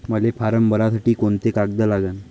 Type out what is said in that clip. मले फारम भरासाठी कोंते कागद लागन?